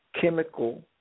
chemical